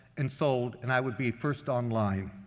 and sold, and i would be first on line.